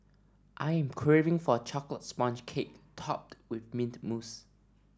I am craving for a chocolate sponge cake topped with mint mousse